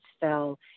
fell